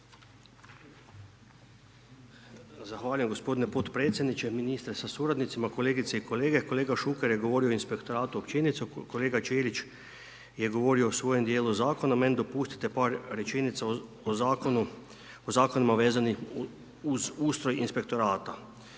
Zahvaljujem g. potpredsjedniče, ministre sa suradnicima, kolegice i kolege. Kolega Šuker je govorio o inspektoratu općenito, kolega Ćelić je govorio o svojem dijelu zakona, meni dopustite par rečenica o Zakonima vezanim uz ustroj inspektorata.